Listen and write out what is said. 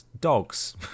dogs